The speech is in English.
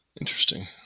interesting